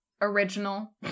original